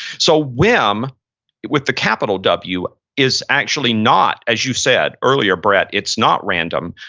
so, whim with the capital w is actually not, as you said earlier, brett, it's not random.